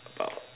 about